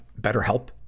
BetterHelp